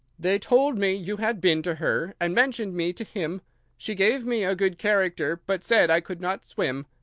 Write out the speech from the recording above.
they told me you had been to her, and mentioned me to him she gave me a good character, but said i could not swim.